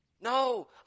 No